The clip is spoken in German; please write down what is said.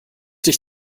dich